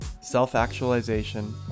self-actualization